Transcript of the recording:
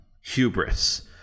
hubris